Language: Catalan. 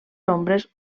ombres